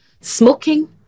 smoking